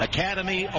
Academy